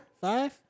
Five